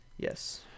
Yes